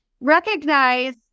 Recognize